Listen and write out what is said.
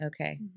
Okay